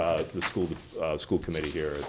with the school the school committee here